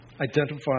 identify